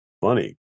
funny